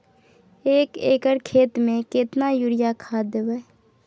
एक एकर खेत मे केतना यूरिया खाद दैबे?